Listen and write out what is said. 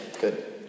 good